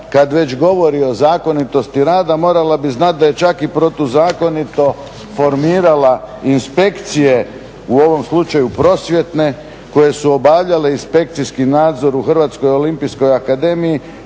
kad već govori o zakonitosti rada morala bi znati da je čak i protuzakonito formirala inspekcije u ovom slučaju prosvjetne koje su obavljale inspekcijski nadzor u Hrvatskoj olimpijskoj akademiji